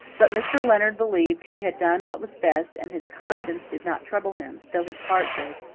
but mr. leonard believed he had done what was best and his conscience did not trouble him, though his heart did.